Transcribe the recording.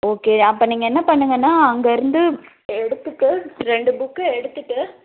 okay அப்போ நீங்கள் என்ன பண்ணுங்கன்னா அங்கேருந்து எடுத்துகிட்டு ரெண்டு புக்கை எடுத்துகிட்டு